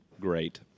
Great